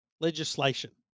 legislation